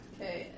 Okay